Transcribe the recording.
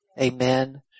Amen